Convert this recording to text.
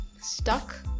stuck